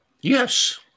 Yes